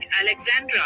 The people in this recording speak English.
Alexandra